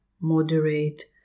moderate